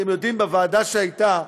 אתם יודעים, בוועדה שהייתה,